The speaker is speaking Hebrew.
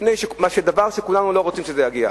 לפני שיגיע דבר שכולנו לא רוצים שיגיע.